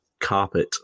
carpet